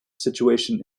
situation